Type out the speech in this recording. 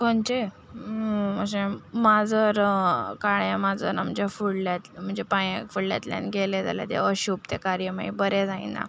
खंयचे अशें माजर काळें माजर आमच्या फुडल्यान म्हणचे पांयां फुड्यांतल्यान गेलें जाल्यार तें अशूभ तें कार्य मागीर बरें जायना